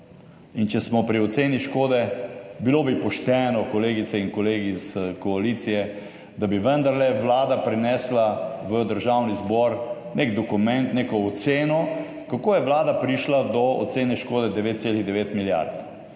če smo pri oceni škode, bilo bi pošteno, kolegice in kolegi iz koalicije, da bi vendarle Vlada prinesla v Državni zbor nek dokument, neko oceno, kako je Vlada prišla do ocene škode 9,9 milijard.